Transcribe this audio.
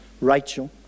Rachel